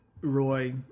Roy